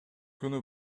күнү